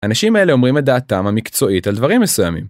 האנשים האלה אומרים את דעתם המקצועית על דברים מסוימים.